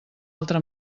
altra